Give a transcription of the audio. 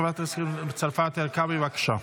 חברת הכנסת מטי צרפתי הרכבי, בבקשה.